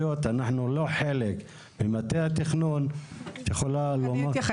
איך אנחנו רואים אותם וכמובן נתנו להם